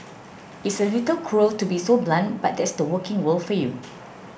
it's a little cruel to be so blunt but that's the working world for you